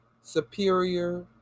superior